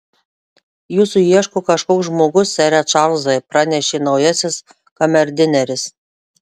jūsų ieško kažkoks žmogus sere čarlzai pranešė naujasis kamerdineris